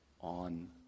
on